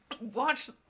Watch